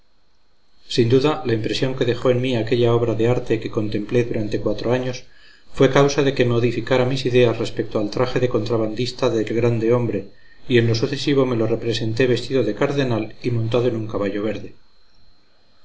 sin duda la impresión que dejó en mí aquella obra de arte que contemplé durante cuatro años fue causa de que modificara mis ideas respecto al traje de contrabandista del grande hombre y en lo sucesivo me lo representé vestido de cardenal y montado en un caballo verde